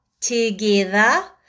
together